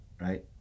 right